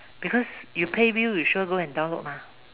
because you pay bills you sure go and download mah